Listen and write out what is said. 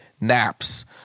Naps